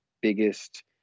biggest